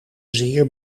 zeer